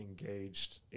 engaged